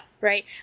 Right